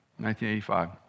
1985